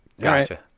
Gotcha